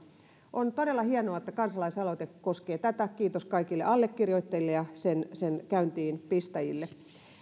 on todella hienoa että kansalaisaloite koskee tätä kiitos kaikille allekirjoittajille ja sen sen käyntiin pistäjille